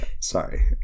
sorry